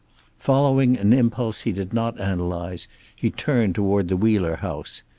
following an impulse he did not analyze he turned toward the wheeler house.